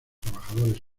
trabajadores